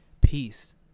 peace